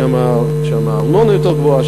שם הארנונה יותר גבוהה,